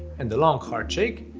and a long, hard shake,